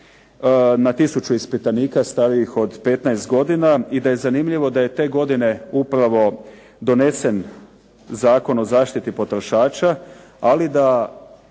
na tisuću ispitanika starijih od 15 godina i da je zanimljivo da je te godine upravo donesen Zakon o zaštiti potrošača, ali da